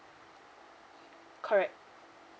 correct